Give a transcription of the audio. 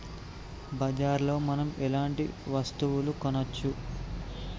బజార్ లో మనం ఎలాంటి వస్తువులు కొనచ్చు?